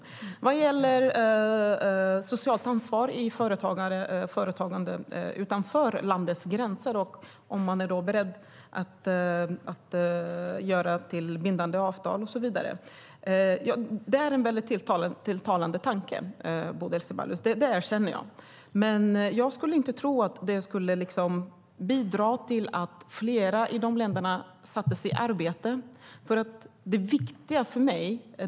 Sedan gäller det socialt ansvar i företagande utanför landets gränser och om man är beredd att ha bindande avtal och så vidare. Det är en väldigt tilltalande tanke, Bodil Ceballos. Det erkänner jag. Men jag skulle inte tro att det skulle bidra till att fler i de länderna sattes i arbete.